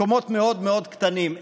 מקומות מאוד מאוד קטנים.